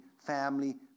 family